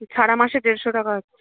সারা মাসে দেড়শো টাকা হচ্ছে